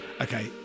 Okay